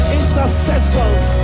intercessors